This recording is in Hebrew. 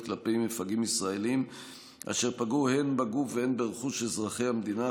כלפי מפגעים ישראלים אשר פגעו הן בגוף והן ברכוש אזרחי המדינה,